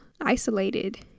isolated